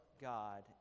God